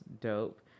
dope